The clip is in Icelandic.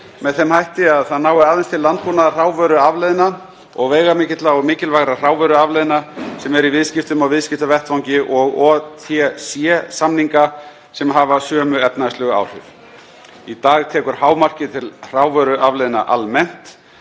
með þeim hætti að það nái aðeins til landbúnaðarhrávöruafleiðna og veigamikilla og mikilvægra hrávöruafleiðna sem eru í viðskiptum á viðskiptavettvangi og OTC-samninga sem hafa sömu efnahagslegu áhrif. Í dag tekur hámarkið til hrávöruafleiðna almennt.